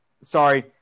sorry